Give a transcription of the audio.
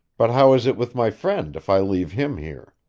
but how is it with my friend if i leave him here?